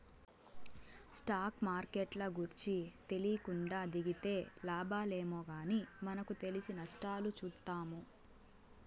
stock మార్కెట్ల గూర్చి తెలీకుండా దిగితే లాబాలేమో గానీ మనకు తెలిసి నష్టాలు చూత్తాము